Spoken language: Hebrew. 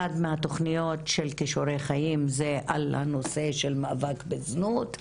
אחת מהתוכניות של כישורי חיים זה על הנושא של מאבק בזנות.